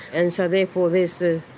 and so therefore there's the